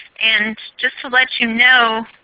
and just to let you know,